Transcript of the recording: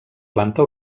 planta